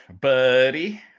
buddy